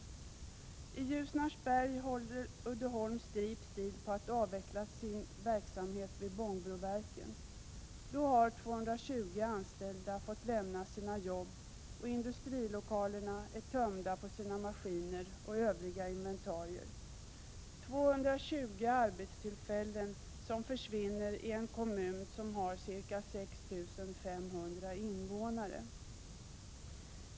I Ljusnarsbergs kommun håller Uddeholm Strep Steel på att avsluta sin avveckling av Bångbroverken. Då har 220 anställda fått lämna sina jobb, och industrilokalerna är tömda på sina maskiner och övriga inventarier. 220 arbetstillfällen försvinner i en kommun som har ca 6 500 invånare.